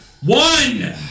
One